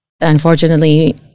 Unfortunately